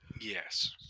Yes